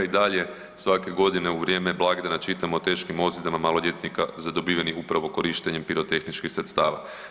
I dalje svake godine u vrijeme blagdana čitamo o teškim ozljedama maloljetnika zadobivenih upravo korištenjem pirotehničkih sredstava.